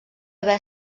haver